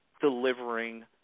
delivering